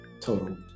total